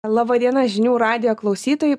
laba diena žinių radijo klausytojai